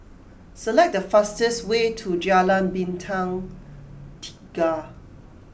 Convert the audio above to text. select the fastest way to Jalan Bintang Tiga